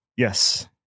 Yes